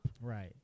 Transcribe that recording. Right